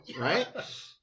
Right